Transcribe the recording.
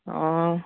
ꯑꯣ